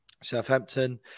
Southampton